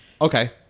Okay